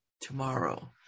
tomorrow